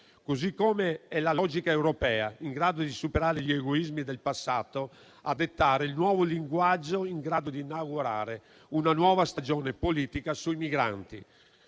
Così come è la logica europea, in grado di superare gli egoismi del passato, a dettare il nuovo linguaggio in grado di inaugurare una nuova stagione politica sui migranti.